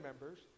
members